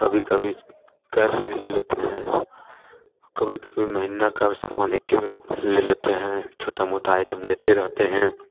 कभी कभी कैश भी ले लेते हैं कभी कभी महीने का समान एक में ले लेते हैं छोटा मोटा आइटम लेते रहते हैं